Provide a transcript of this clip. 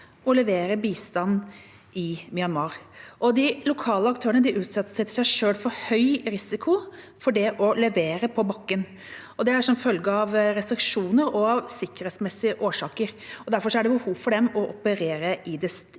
og levere bistand i Myanmar. De lokale aktørene utsetter seg selv for høy risiko ved det å levere på bakken. Det er som følge av restriksjoner og av sikkerhetsmessige årsaker, og derfor er det for dem behov for å operere i det stille.